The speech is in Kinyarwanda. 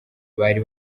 bari